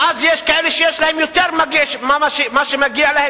ואז יש להם כאלה שיש להם יותר ממה שמגיע להם.